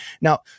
Now